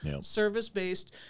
service-based